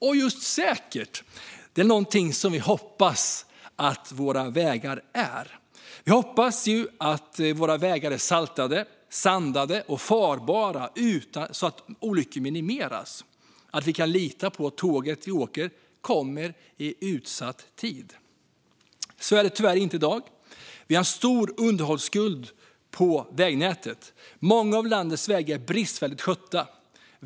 Och just säkra är någonting vi hoppas att våra vägar är. Vi hoppas att de är saltade, sandade och farbara så att risken för olyckor minimeras. Vi hoppas att vi kan lita på att tåget vi åker med kommer i utsatt tid. Så är det tyvärr inte i dag. Vi har en stor underhållsskuld på vägnätet. Många av landets vägar är bristfälligt skötta.